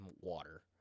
water